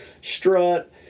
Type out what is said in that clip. strut